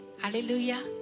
Hallelujah